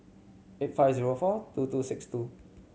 eight five zero four two two six two